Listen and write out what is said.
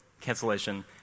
cancellation